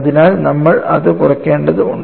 അതിനാൽ നമ്മൾ അത് കുറയ്ക്കേണ്ടത് ഉണ്ട്